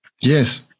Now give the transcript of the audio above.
Yes